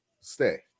stay